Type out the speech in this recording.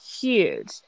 huge